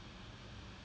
if that makes sense